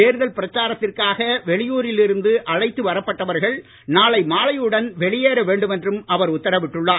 தேர்தல் பிரச்சாரத்திற்காக வெளியூரில் இருந்து அழைத்து வரப்பட்டவர்கள் நாளை மாலையுடன் வெளியேற வேண்டும் என்றும் அவர் உத்தரவிட்டுள்ளார்